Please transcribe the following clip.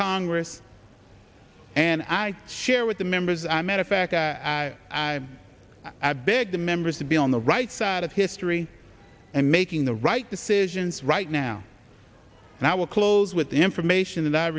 congress and i share with the members i met effect as i begged the members to be on the right side of history and making the right decisions right now and i will close with the information that i